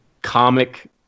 comic